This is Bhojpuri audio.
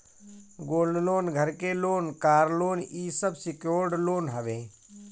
गोल्ड लोन, घर के लोन, कार लोन इ सब सिक्योर्ड लोन हवे